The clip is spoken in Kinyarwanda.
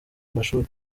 mashuri